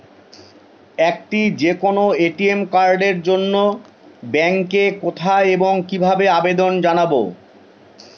একটি যে কোনো এ.টি.এম কার্ডের জন্য ব্যাংকে কোথায় এবং কিভাবে আবেদন জানাব?